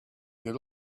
could